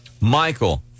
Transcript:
Michael